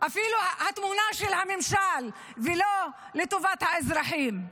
התמונה של הממשל ולא לטובת האזרחים.